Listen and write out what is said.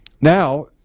Now